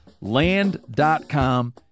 Land.com